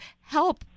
help